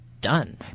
done